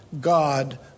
God